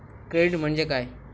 Credit म्हणजे काय?